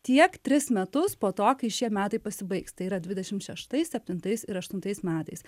tiek tris metus po to kai šie metai pasibaigs tai yra dvidešimt šeštais septintais ir aštuntais metais